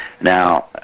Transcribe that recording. now